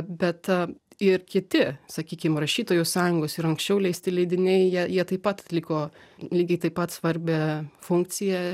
bet ir kiti sakykim rašytojų sąjungos ir anksčiau leisti leidiniai jie jie taip pat atliko lygiai taip pat svarbią funkciją